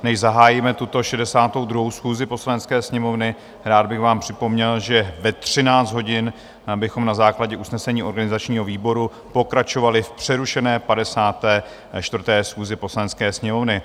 Než zahájíme tuto 62. schůzi Poslanecké sněmovny, rád bych vám připomněl, že ve 13 hodin bychom na základě usnesení organizačního výboru pokračovali v přerušené 54. schůzi Poslanecké sněmovny.